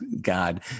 God